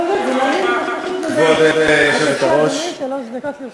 שלוש דקות לרשותך.